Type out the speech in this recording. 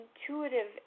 intuitive